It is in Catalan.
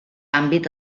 àmbit